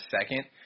second